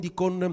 con